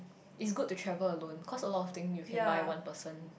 it's good to travel alone cause a lot of thing you can buy one person